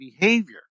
behavior